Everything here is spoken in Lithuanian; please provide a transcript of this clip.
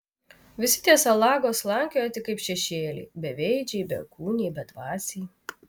visi tie salagos slankioja tik kaip šešėliai beveidžiai bekūniai bedvasiai